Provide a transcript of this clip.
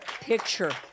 picture